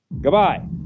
Goodbye